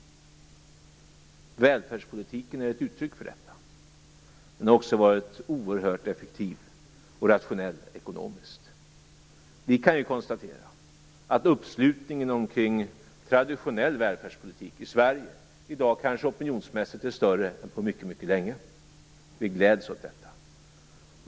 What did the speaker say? Välfärdspolitiken är ett uttryck för detta. Den har också varit oerhört effektiv och rationell ekonomiskt. Vi kan konstatera att uppslutningen i Sverige kring traditionell välfärdspolitik i dag opinionsmässigt kanske är större än på mycket länge. Vi gläds åt detta.